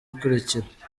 ikurikira